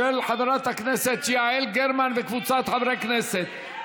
של חברת הכנסת יעל גרמן וקבוצת חברי הכנסת,